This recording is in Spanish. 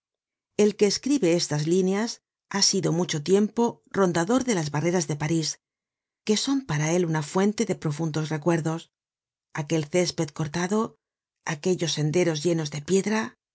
el que escribe estas líneas ha sido mucho tiempo rondador de las barreras de parís que son para él una fuente de profundos recuerdos aquel césped cortado aquellos senderos llenos de piedra